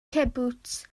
cibwts